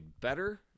better